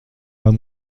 pas